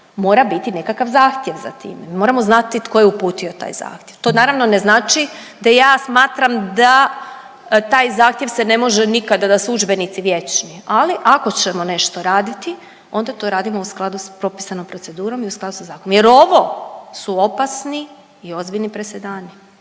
mora biti nekakav zahtjev za time. Moramo znati tko je uputio taj zahtjev. To naravno ne znači da ja smatram da taj zahtjev se ne može nikada, da su udžbenici vječni ali ako ćemo nešto raditi onda to radimo u skladu s propisanom procedurom i u skladu sa zakonom. Jer ovo su opasni i ozbiljni presedani.